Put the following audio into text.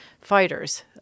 fighters